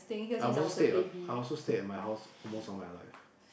I've also stayed at uh I also stayed at my house almost all my life